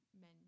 men